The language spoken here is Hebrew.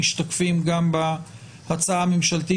הם משתקפים גם בהצעה הממשלתית,